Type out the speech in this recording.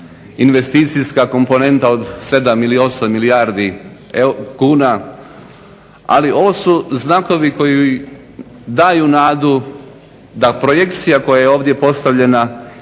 investicijska komponenta od 7 ili 8 milijardi kuna. Ali ovo su znakovi koji daju nadu da projekcija koja je ovdje postavljena